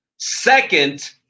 Second